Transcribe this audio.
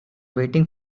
waiting